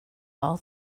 all